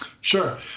Sure